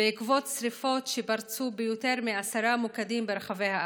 בעקבות שרפות שפרצו ביותר מעשרה מוקדים ברחבי הארץ.